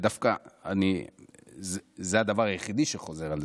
ודווקא זה הדבר היחיד שחוזר.